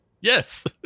Yes